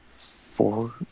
Four